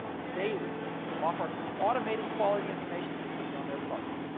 daily off our automated quality information systems on their parts.